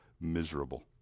miserable